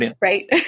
Right